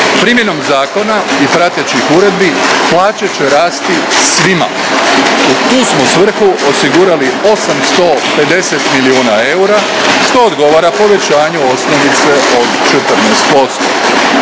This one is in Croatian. Primjenom zakona i pratećih uredbi plaće će rasti svima. U tu smo svrhu osigurali 850 milijuna eura, što odgovara povećanju osnovice od 14%.